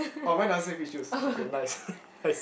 oh mine doesn't say peach juice okay nice nice